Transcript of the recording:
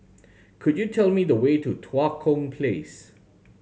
could you tell me the way to Tua Kong Place